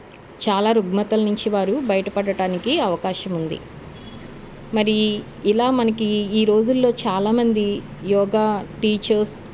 చాలా రుగ్మతల నుంచి వారు బయటపడటానికి అవకాశం ఉంది మరి ఇలా మనకి ఈ రోజులలో చాలామంది యోగా టీచర్స్